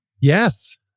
Yes